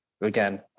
again